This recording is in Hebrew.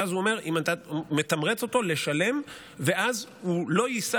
ואז הוא מתמרץ אותו לשלם ואז הוא לא יישא